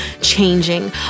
changing